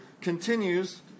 continues